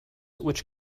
which